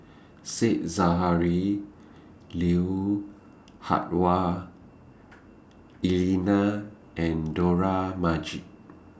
Said Zahari Lui Hah Wah Elena and Dollah Majid